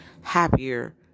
happier